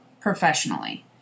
professionally